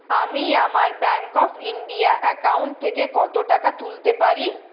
আমি আমার bank of India account থেকে কত টাকা তুলতে পারি